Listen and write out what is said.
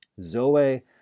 Zoe